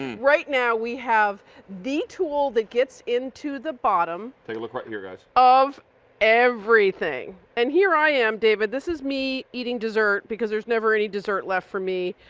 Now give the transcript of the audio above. right now we have the tool that gets into the bottom. look right here guys. of everything. and here i am, david, this is me eating dessert because there's never dessert left for me.